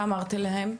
מה אתם אמרתם להם?